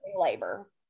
labor